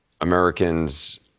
Americans